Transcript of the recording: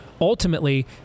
ultimately